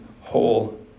whole